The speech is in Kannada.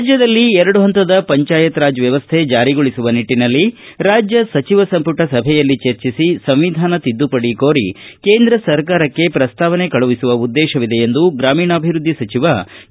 ರಾಜ್ಯದಲ್ಲಿ ಎರಡು ಹಂತದ ಪಂಚಾಯತರಾಜ್ ವ್ಯವಸ್ಥೆ ಜಾರಿಗೊಳಿಸುವ ನಿಟ್ಟನಲ್ಲಿ ರಾಜ್ಯ ಸಚಿವ ಸಂಪುಟ ಸಭೆಯಲ್ಲಿ ಚರ್ಚಿಸಿ ಸಂವಿಧಾನ ತಿದ್ದುಪಡಿ ಕೋರಿ ಕೇಂದ್ರ ಸರ್ಕಾರಕ್ಕೆ ಪ್ರಸ್ತಾವನೆ ಕಳಸುವ ಉದ್ದೇಶವಿದೆ ಎಂದು ಗ್ರಾಮೀಣಾಭಿವೃದ್ದಿ ಸಚಿವ ಕೆ